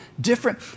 different